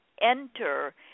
enter